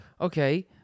Okay